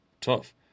tough